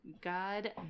God